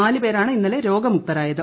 നാല് പേരാണ് ഇന്നലെ രോഗമുക്തരായത്